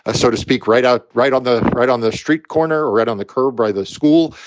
ah so to speak, right out right on the right on the street corner or right on the curb by the school.